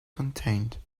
contained